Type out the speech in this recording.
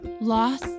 loss